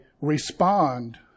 respond